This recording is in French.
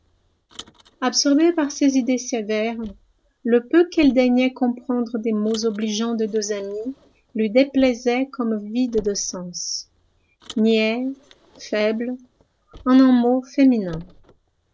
absorbé par ces idées sévères le peu qu'il daignait comprendre des mots obligeants des deux amies lui déplaisait comme vide de sens niais faible en un mot féminin